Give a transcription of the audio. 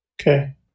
Okay